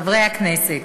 חברי הכנסת,